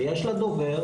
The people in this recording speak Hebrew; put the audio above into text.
ויש לה דובר,